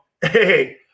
hey